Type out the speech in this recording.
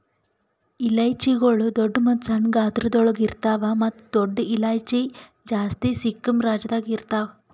ಇಲೈಚಿಗೊಳ್ ದೊಡ್ಡ ಮತ್ತ ಸಣ್ಣ ಗಾತ್ರಗೊಳ್ದಾಗ್ ಇರ್ತಾವ್ ಮತ್ತ ದೊಡ್ಡ ಇಲೈಚಿ ಜಾಸ್ತಿ ಸಿಕ್ಕಿಂ ರಾಜ್ಯದಾಗ್ ಇರ್ತಾವ್